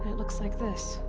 looks like this.